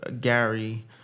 Gary